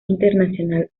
internacional